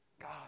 God